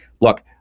Look